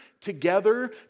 together